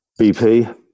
BP